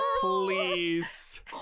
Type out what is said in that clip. Please